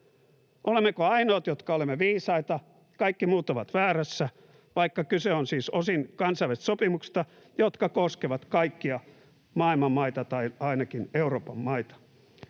Olemmeko ainoat, jotka olemme viisaita, kaikki muut ovat väärässä, vaikka kyse on siis osin kansainvälisistä sopimuksista, jotka koskevat kaikkia maailman maita tai ainakin Euroopan maita?